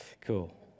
Cool